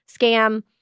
Scam